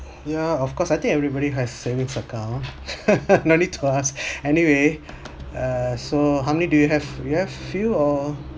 yeah of course I think everybody has savings account no need to ask anyway uh so how many do you have you have few or